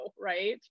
right